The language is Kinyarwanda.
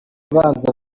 ubanza